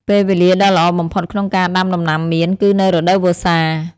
ពេលវេលាដ៏ល្អបំផុតក្នុងការដាំដំណាំមៀន គឺនៅ រដូវវស្សា។